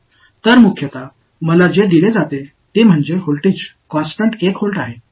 எனவே எனக்கு முதன்மையாக வழங்கப்பட்டவை நிலையான 1 வோல்ட் மின்னழுத்தம் ஆகும்